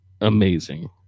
amazing